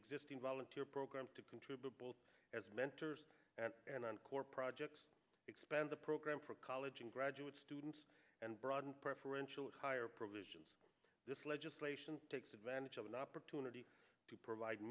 existing volunteer program to contribute both as mentors and encore projects expand the program for college and graduate students and broaden preferential and higher provisions this legislation takes advantage of an opportunity to provide